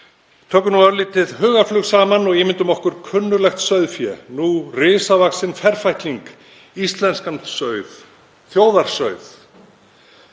Tökum nú örlítið hugarflug saman og ímyndum okkur kunnuglegt sauðfé, nú risavaxinn ferfætling, íslenskan sauð, þjóðarsauð.